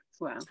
wow